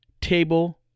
table